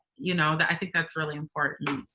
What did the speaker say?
you know that i think that's really important.